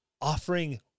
Offering